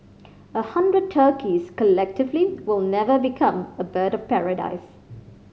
a hundred turkeys collectively will never become a bird of paradise